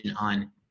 on